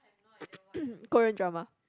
Korean drama